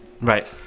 Right